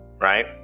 right